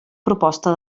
proposta